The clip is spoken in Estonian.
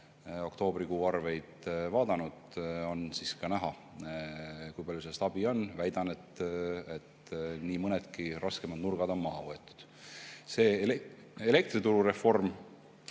oktoobrikuu arveid vaadanud, on ka näha, kui palju sellest abi on. Ma väidan, et nii mõnedki raskemad nurgad on maha võetud. See elektriturureform,